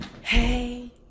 hey